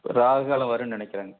ராகு காலம் வரும்னு நினைக்கிறேங்க